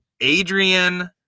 Adrian